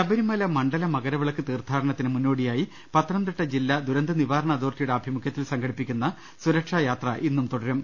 ശബരിമല മണ്ഡല മകരവിളക്ക് തീർത്ഥാടനത്തിന് മുന്നോടി യായി പത്തനംതിട്ട ജില്ലാ ദുരന്ത നിവാരണ അതോറിറ്റിയുടെ ആഭി മുഖ്യത്തിൽ സംഘടിപ്പിക്കുന്ന സൂരക്ഷായാത്ര ഇന്നും തുടരും